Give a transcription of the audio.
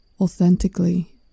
authentically